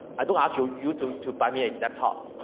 i don't ask you you to to buy me a laptop.